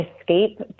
escape